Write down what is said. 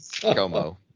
Como